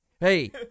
Hey